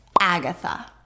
Agatha